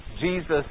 Jesus